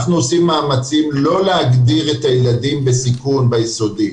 אנחנו עושים מאמצים לא להגדיר את הילדים בסיכון ביסודי,